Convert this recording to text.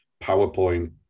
PowerPoint